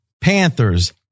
Panthers